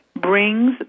brings